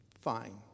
Fine